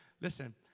Listen